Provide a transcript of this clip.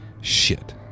Shit